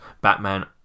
Batman